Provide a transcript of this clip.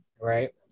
Right